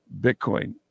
Bitcoin